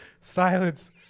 silence